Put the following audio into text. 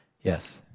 Yes